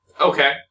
Okay